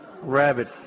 rabbit